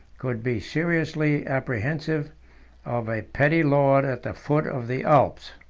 could be seriously apprehensive of a petty lord at the foot of the alps.